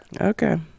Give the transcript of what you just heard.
Okay